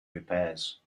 repairs